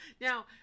Now